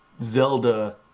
zelda